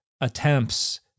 attempts